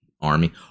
Army